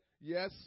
yes